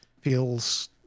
feels